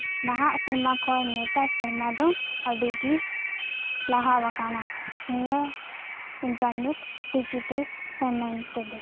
ᱱᱟᱦᱟᱜ ᱥᱮᱨᱢᱟ ᱠᱷᱚᱱ ᱱᱮᱛᱟᱨ ᱥᱮᱨᱢᱟ ᱫᱚ ᱟᱹᱰᱤᱜᱮ ᱞᱟᱦᱟᱣᱟᱠᱟᱱᱟ ᱱᱤᱭᱟᱹ ᱤᱱᱴᱟᱨ ᱱᱮᱴ ᱰᱤᱡᱤᱴᱮᱞ ᱯᱮᱢᱮᱸᱴ ᱛᱮᱫᱚ